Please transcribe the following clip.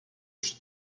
przy